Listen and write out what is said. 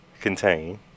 contain